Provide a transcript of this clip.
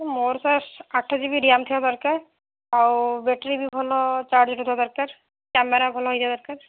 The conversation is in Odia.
ମୋର ସାର୍ ଆଠ ଜିବି ରେମ୍ ଥିବା ଦରକାର୍ ଆଉ ବେଟ୍ରି ବି ଭଲ ଚାର୍ଜ ରଖୁଥିବା ଦରକାର୍ କ୍ୟାମେରା ଭଲ ହେଇଥିବା ଦରକାର